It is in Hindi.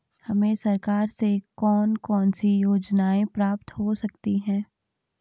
हमें सरकार से कौन कौनसी योजनाएँ प्राप्त हो सकती हैं?